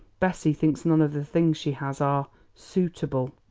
bessie thinks none of the things she has are suitable.